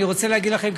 אני רוצה להגיד לכם,